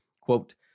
quote